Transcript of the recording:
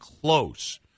close –